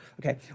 okay